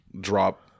drop